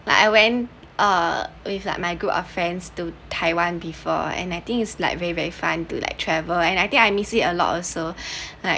like I went with uh my group of friends to taiwan before and I think is like very very fun to like travel and I think I missed it a lot so like